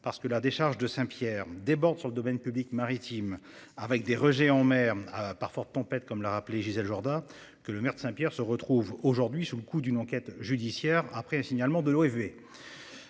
parce que la décharge de Saint-Pierre Pierre déborde sur le domaine public maritime avec des rejets en mer à par forte tempête comme l'a rappelé Gisèle Jourda que le maire de Saint-Pierre Pierre se retrouve aujourd'hui sous le coup d'une enquête judiciaire après le signalement de l'OFEV.